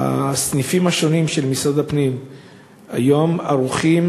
הסניפים השונים של משרד הפנים היום ערוכים